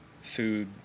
food